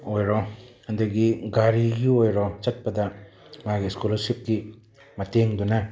ꯑꯣꯏꯔꯣ ꯑꯗꯒꯤ ꯒꯥꯔꯤꯒꯤ ꯑꯣꯏꯔꯣ ꯆꯠꯄꯗ ꯃꯥꯒꯤ ꯁ꯭ꯀꯣꯂꯔꯁꯤꯞꯀꯤ ꯃꯇꯦꯡꯗꯨꯅ